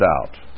out